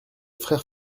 frères